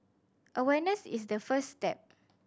awareness is the first step